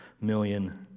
million